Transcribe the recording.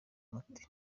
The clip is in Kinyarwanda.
umuti